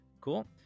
Cool